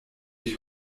ich